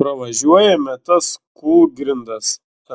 pravažiuojame tas kūlgrindas